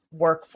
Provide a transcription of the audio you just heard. workflow